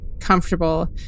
comfortable